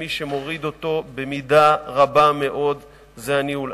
ומי שמוריד אותו, במידה רבה מאוד זה הניהול.